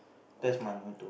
that's my motto